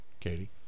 katie